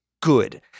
good